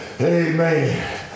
Amen